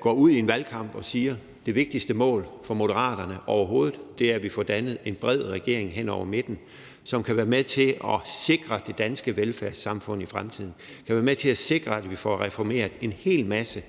går ud i en valgkamp, siger, at det vigtigste mål for Moderaterne overhovedet er, at vi får dannet en bred regering hen over midten, som kan være med til at sikre det danske velfærdssamfund i fremtiden og kan være med til at sikre, at vi får reformeret en hel masse